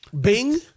Bing